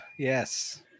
Yes